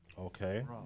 Okay